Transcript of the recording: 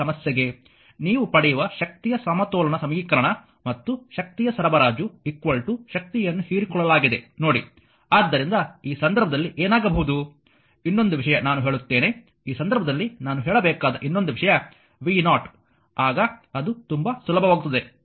ಈ ಸಮಸ್ಯೆಗೆ ನೀವು ಪಡೆಯುವ ಶಕ್ತಿಯ ಸಮತೋಲನ ಸಮೀಕರಣ ಮತ್ತು ಶಕ್ತಿಯ ಸರಬರಾಜು ಶಕ್ತಿಯನ್ನು ಹೀರಿಕೊಳ್ಳಲಾಗಿದೆ ನೋಡಿ ಆದ್ದರಿಂದ ಈ ಸಂದರ್ಭದಲ್ಲಿ ಏನಾಗಬಹುದು ಎಂದು ಇನ್ನೊಂದು ವಿಷಯ ನಾನು ಹೇಳುತ್ತೇನೆ ಈ ಸಂದರ್ಭದಲ್ಲಿ ನಾನು ಹೇಳಬೇಕಾದ ಇನ್ನೊಂದು ವಿಷಯ v0 ಆಗ ಅದು ತುಂಬಾ ಸುಲಭವಾಗುತ್ತದೆ